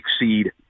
exceed